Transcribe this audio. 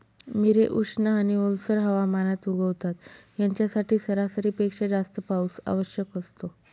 मिरे उष्ण आणि ओलसर हवामानात उगवतात, यांच्यासाठी सरासरीपेक्षा जास्त पाऊस आवश्यक असतो